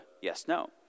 yes-no